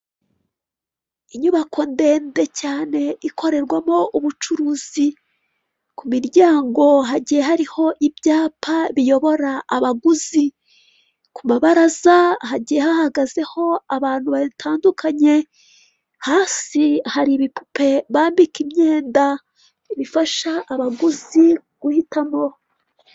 Inyubako ndende cyane ikorerwamo ubucuruzi, kumiryango hagiye hariho ibyapa biyobora abaguzi kumabaraza hagiye hahagazeho abantu batandukanye, hasi hari ibipupe bambitse imyenda bifasha abaguzi guhitamo.